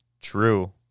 True